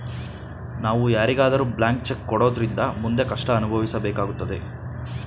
ನಾವು ಯಾರಿಗಾದರೂ blank cheque ಕೊಡೋದ್ರಿಂದ ಮುಂದೆ ಕಷ್ಟ ಅನುಭವಿಸಬೇಕಾಗುತ್ತದೆ